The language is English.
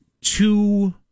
two